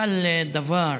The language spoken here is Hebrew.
פיז"ה.